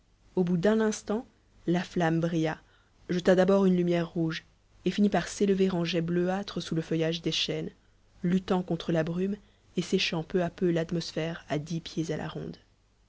au bout d'un instant la flamme brilla jeta d'abord une lumière rouge et finit par s'élever en jets bleuâtres sous le feuillage des chênes luttant contre la brume et séchant peu à peu l'atmosphère à dix pieds à la ronde